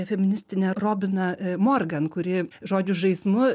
feministinę robiną morgan kuri žodžių žaismu